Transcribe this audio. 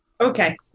Okay